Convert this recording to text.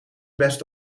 best